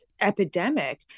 epidemic